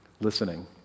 listening